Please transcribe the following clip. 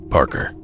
Parker